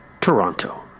Toronto